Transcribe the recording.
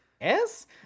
Yes